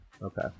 Okay